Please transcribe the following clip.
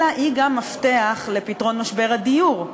אלא הוא גם מפתח לפתרון משבר הדיור,